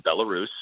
Belarus